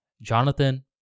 Jonathan